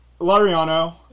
Lariano